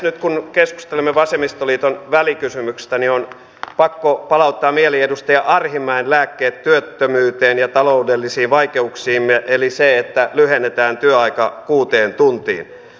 nyt kun keskustelemme vasemmistoliiton välikysymyksestä niin on pakko palauttaa mieliin edustaja arhinmäen lääkkeet työttömyyteen ja taloudellisiin vaikeuksiimme eli se että lyhennetään työaika kuuteen tuntiin